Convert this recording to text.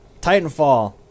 Titanfall